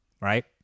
right